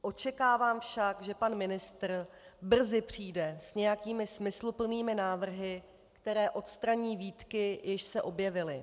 Očekávám však, že pan ministr brzy přijde s nějakými smysluplnými návrhy, které odstraní výtky, jež se objevily.